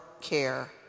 care